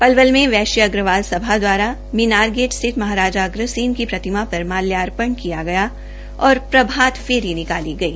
पलवल में वैश्य अग्रवाल सभा द्वारा मीनार गेट स्थित महाराजा अग्रसेन की प्रतिमा पर माल्यार्पण किया गया और प्रभात फेरी निकाली गई